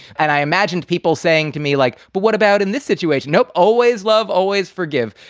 and i imagined people saying to me, like, but what about in this situation? nope. always love. always forgive.